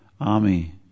Army